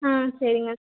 ஆ சரிங்க